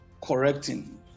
correcting